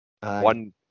One